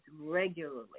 regularly